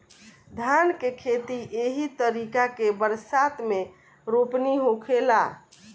धान के खेती एही तरीका के बरसात मे रोपनी होखेला